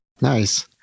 Nice